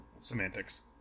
Semantics